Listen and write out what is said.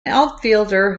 outfielder